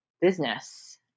business